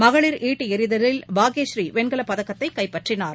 மகளிர் ஈட்டிஎறிதலில் பாக்யபூரீ வெண்கலப்பதக்கத்தைகைபற்றினார்